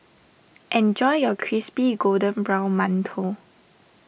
enjoy your Crispy Golden Brown Mantou